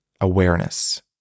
awareness